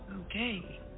Okay